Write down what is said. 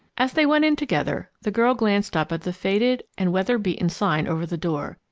as they went in together, the girl glanced up at the faded and weather-beaten sign over the door.